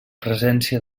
presència